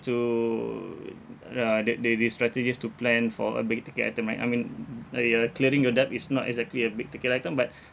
to uh that they these strategies to plan for a big ticket item right I mean like ya clearing your debt is not exactly a big ticket item but